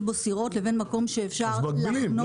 בו סירות לבין מקום שאפשר לחנות את הסירות.